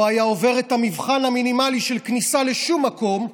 לא היה עובר את המבחן המינימלי של כניסה לשום מקום,